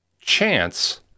chance